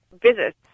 visits